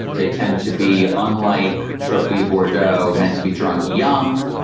they tend to be unlike trophy bordeaux, meant to be drunk young.